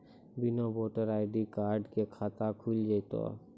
बिना voter ID card के खाता खुल जैते तो?